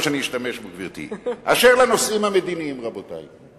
אשר לנושאים המדיניים, רבותי.